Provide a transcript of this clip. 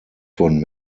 von